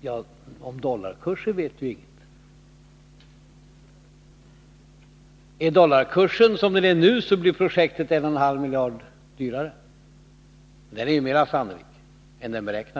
vi inget vet om dollarkursen i framtiden. Men är dollarkursen som den är i dag, så blir projektet 1,5 miljard dyrare, och dagens kurs är mera sannolik än den beräknade.